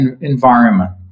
environment